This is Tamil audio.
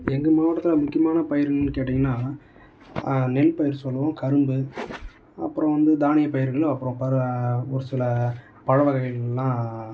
எங்கள் மாவட்டத்தில் முக்கியமான பயிர்கள்னு கேட்டிங்கனால் நெல் பயிர் சொல்லுவோம் கரும்பு அப்புறம் வந்து தானிய பயிர்கள் அப்புறம் பருவ ஒரு சில பழ வகைகளெல்லாம்